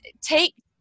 take